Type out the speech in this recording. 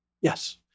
yes